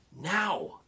now